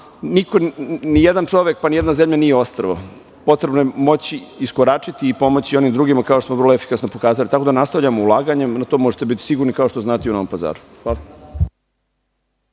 nijedan čovek, pa nijedna zemlja nije ostrvo, potrebno je moći iskoračiti i pomoći jedni drugima, kao što smo vrlo efikasno pokazali. Tamo nastavljamo sa ulaganjem, u to možete biti sigurni, kao što znate, i u Novom Pazaru. Hvala.